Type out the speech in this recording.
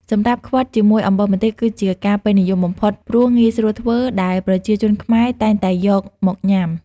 សម្រាប់់ខ្វិតជាមួយអំបិលម្ទេស គឺជាការពេញនិយមបំផុតព្រោះងាយស្រួលធ្វើ ដែលប្រជាជនខ្មែរតែងតែយកមកញ៉ាំ។